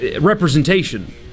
representation